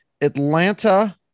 Atlanta